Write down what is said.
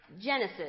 Genesis